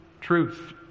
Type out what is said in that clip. truth